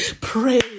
Pray